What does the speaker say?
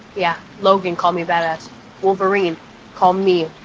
yeah, logan called me, badass. wolverine called me.